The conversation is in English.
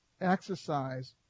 exercise